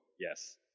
yes